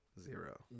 zero